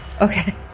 Okay